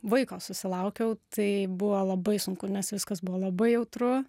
vaiko susilaukiau tai buvo labai sunku nes viskas buvo labai jautru